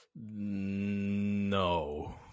no